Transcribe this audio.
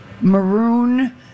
maroon